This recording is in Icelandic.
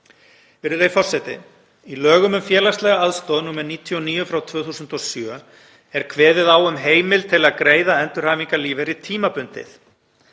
Virðulegi forseti. Í lögum um félagslega aðstoð, nr. 99/2007, er kveðið á um heimild til að greiða endurhæfingarlífeyri tímabundið.